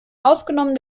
ausgenommen